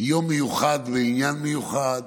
יום מיוחד ועניין מיוחד.